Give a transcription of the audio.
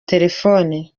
telefoni